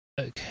Okay